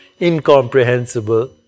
incomprehensible